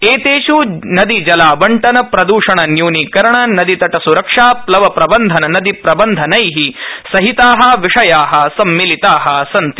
एतेष् नदीजला टन प्रदूषणन्यूनीकरण नदीतटस्रक्षा प्लवप्र न्धन नदीप्र न्धनै सहिता विषया सम्मिलिताः सन्तित